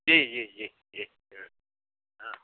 जी जी जी जी प्रणाम हाँ